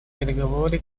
переговоры